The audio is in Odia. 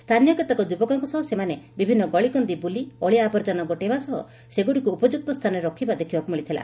ସ୍ଥାନୀୟ କେତେକ ଯୁବକଙ୍କ ସହ ସେମାନେ ବିଭିନ୍ ଗଳିକନ୍ଦି ବୁଲି ଅଳିଆ ଆବର୍ଜନା ଗୋଟାଇବା ସହ ସେଗୁଡ଼ିକୁ ଉପଯୁକ୍ତ ସ୍ଚାନରେ ରଖିବା ଦେଖିବାକୁ ମିଳିଥିଲା